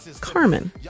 Carmen